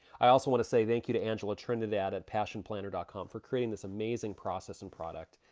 i also wanna say thank you to angela trinidad at passionplanner dot com for creating this amazing process and product,